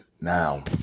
now